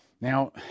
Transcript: Now